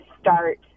start